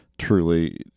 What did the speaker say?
truly